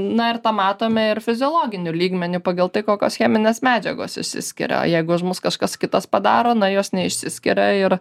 na ir tą matome ir fiziologiniu lygmeniu pagal tai kokios cheminės medžiagos išsiskiria jeigu už mus kažkas kitas padaro na jos neišsiskiria ir